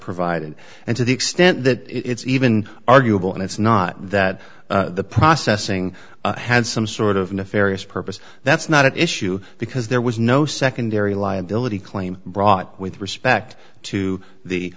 provided and to the extent that it's even arguable and it's not that the processing had some sort of nefarious purpose that's not at issue because there was no secondary liability claim brought with respect to the